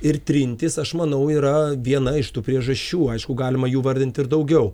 ir trintis aš manau yra viena iš tų priežasčių aišku galima jų vardint ir daugiau